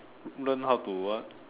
learn how to what